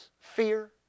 fear